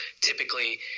Typically